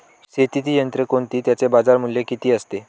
शेतीची यंत्रे कोणती? त्याचे बाजारमूल्य किती असते?